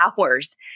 hours